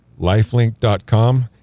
lifelink.com